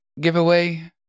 giveaway